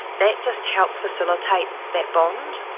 that just helps facilitate that bond.